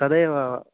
तदेव